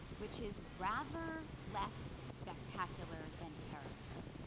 which is rather less spectacular than terrorism.